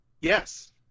Yes